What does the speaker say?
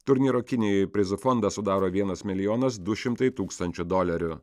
turnyro kinijoje prizų fondą sudaro vienas milijonas du šimtai tūkstančių dolerių